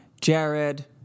Jared